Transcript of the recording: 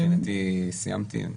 אני סיימתי.